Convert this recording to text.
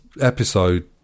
episode